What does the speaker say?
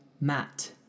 Matt